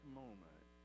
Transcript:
moment